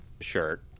shirt